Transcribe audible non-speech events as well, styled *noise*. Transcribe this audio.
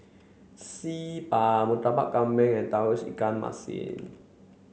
Xi Ban Murtabak Kambing and *unintelligible* ikan Masin